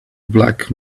black